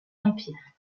empire